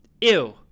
ew